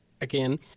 again